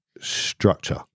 structure